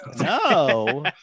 No